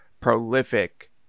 prolific